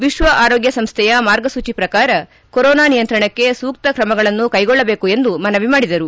ವಿಶ್ವ ಆರೋಗ್ಯ ಸಂಸ್ಥೆಯ ಮಾರ್ಗಸೂಜಿ ಪ್ರಕಾರ ಕೊರೋನಾ ನಿಯಂತ್ರಣಕ್ಕೆ ಸೂಕ್ತ ಕ್ರಮಗಳನ್ನು ಕೈಗೊಳ್ಳಬೇಕು ಎಂದು ಮನವಿ ಮಾಡಿದರು